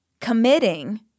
committing